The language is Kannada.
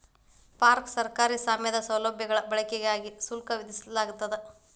ಪಾರ್ಕ್ ಸರ್ಕಾರಿ ಸ್ವಾಮ್ಯದ ಸೌಲಭ್ಯಗಳ ಬಳಕೆಗಾಗಿ ಶುಲ್ಕ ವಿಧಿಸಲಾಗ್ತದ